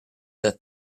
that